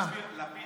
אני אסביר לך, מה?